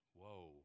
Whoa